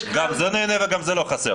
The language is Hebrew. יש כלל --- גם זה נהנה וגם זה לא חסר,